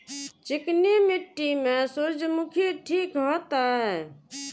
चिकनी मिट्टी में सूर्यमुखी ठीक होते?